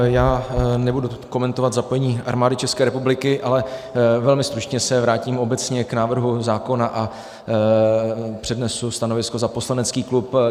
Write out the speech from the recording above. Já nebudu komentovat zapojení Armády České republiky, ale velmi stručně se vrátím obecně k návrhu zákona a přednesu stanovisko za poslanecký klub KDUČSL.